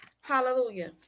Hallelujah